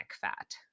fat